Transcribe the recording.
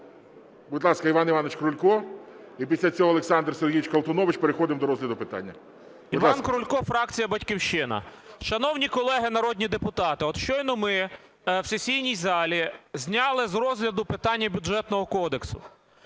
Будь ласка, Іван Іванович Крулько, і після цього Олександр Сергійович Колтунович, переходимо до розгляду питання. Будь ласка. 11:00:11 КРУЛЬКО І.І. Іван Крулько, фракція "Батьківщина". Шановні колеги народні депутати, от щойно ми в сесійній залі зняли з розгляду питання Бюджетного кодексу.